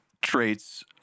traits